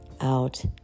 out